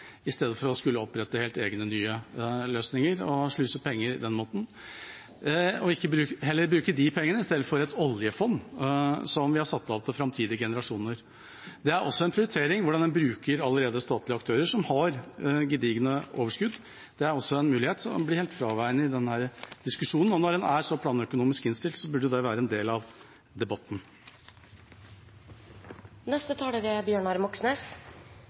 i stedet for å skulle opprette egne helt nye løsninger og sluse inn penger på den måten – at vi heller bruker de pengene i stedet for å ta av et oljefond som vi har satt av til framtidige generasjoner. Det er også en prioritering hvordan en bruker allerede statlige aktører som har gedigne overskudd. Det er en mulighet som er helt fraværende i denne diskusjonen. Når en er så planøkonomisk innstilt, burde det være en del av debatten. Representanten Bjørnar Moxnes